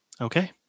Okay